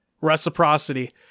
Reciprocity